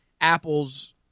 Apple's